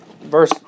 Verse